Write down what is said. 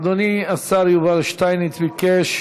אדוני השר יובל שטייניץ ביקש